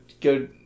go